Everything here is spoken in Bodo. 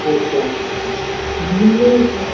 आदसा